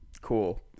Cool